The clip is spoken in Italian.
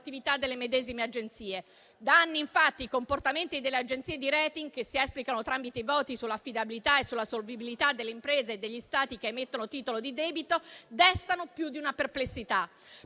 delle medesime agenzie. Da anni, infatti, i comportamenti delle agenzie di *rating*, che si esplicano tramite i voti sull'affidabilità e sulla solvibilità delle imprese e degli Stati che emettono titoli di debito, destano più di una perplessità.